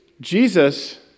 Jesus